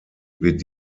wird